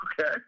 Okay